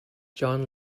john